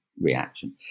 reaction